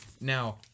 now